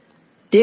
વિદ્યાર્થી